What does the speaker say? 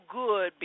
good